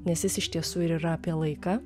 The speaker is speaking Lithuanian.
nes jis iš tiesų ir yra apie laiką